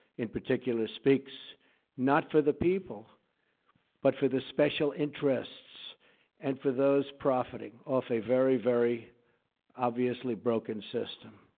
in particular, speaks not for the people but for the special interests and for those profiting off a very, very obviously broken system.